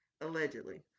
Allegedly